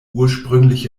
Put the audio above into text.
ursprüngliche